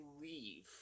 leave